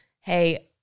Hey